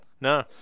No